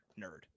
nerd